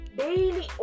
daily